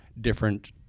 different